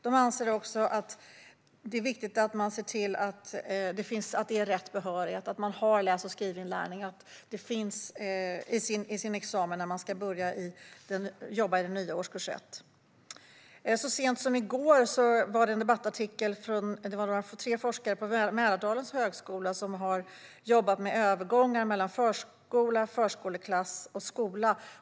De anser också att det är viktigt att man ser till att det är rätt behörighet, att man har läs och skrivinlärning i sin examen när man ska börja jobba i den nya årskurs 1. Så sent som igår var det en debattartikel från tre forskare på Mälardalens högskola som har jobbat med övergångar mellan förskola, förskoleklass och skola.